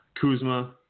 Kuzma